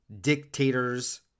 dictators